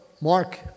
Mark